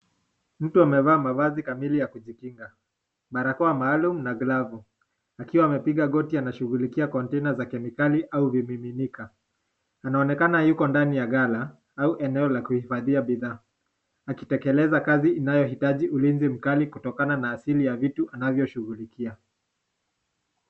Mtu amevaa mavazi kamili ya kujikinga, barakoa maalum na glavu, akiwa amepiga goti anashughulikia kontena za kemikali au vimiminika. Anaonekana yuko ndani ya gala au eneo la kuhifadhia bidhaa, akitekeleza kazi inayohitaji ulinzi mkali kutokana na asili ya vitu anavyoshughulikia.